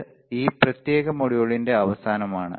ഇത് ഈ പ്രത്യേക മൊഡ്യൂളിന്റെ അവസാനമാണ്